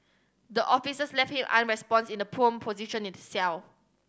the officers left him unresponsive in the prone position in the cell